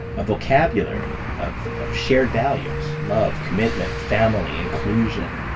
a vocabulary of shared values love, commitment, family, inclusion,